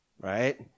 Right